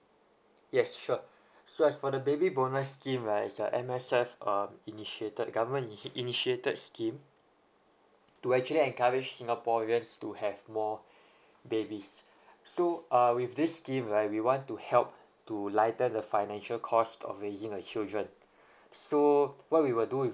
yes sure so as for the baby bonus scheme right it's a M_S_F um initiated government ini~ initiated scheme to actually encourage singaporeans to have more babies so uh with this scheme right we want to help to lighten the financial cost of raising a children so what we will do with